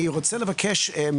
בבקשה.